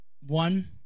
One